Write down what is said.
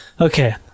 okay